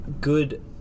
good